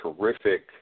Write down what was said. terrific